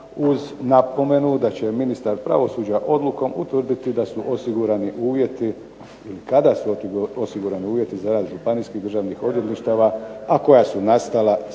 uz napomenu da će ministar pravosuđa odlukom utvrditi da su osigurani uvjeti i kada su osigurani uvjeti za rad županijskih i državnih odvjetništava, a koja su nastala spajanjem